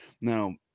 now